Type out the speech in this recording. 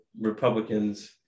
Republicans